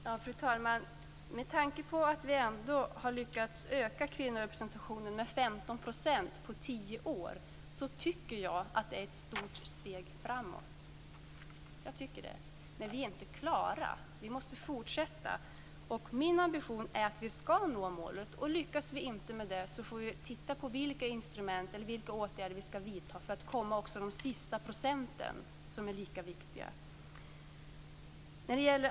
Fru talman! Jag tycker ändå att det är ett stort steg framåt att vi har lyckats öka kvinnorepresentationen med 15 % på tio år. Jag tycker det. Vi är inte klara, utan vi måste fortsätta. Min ambition är att vi skall nå målet. Lyckas vi inte med det får vi titta på vilka åtgärder vi skall vidta för att uppnå också de sista procenten, som är lika viktiga.